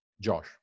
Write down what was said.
Josh